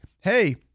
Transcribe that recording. hey